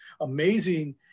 amazing